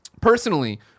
Personally